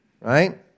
Right